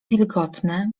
wilgotne